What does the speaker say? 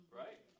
right